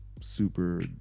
super